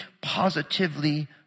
positively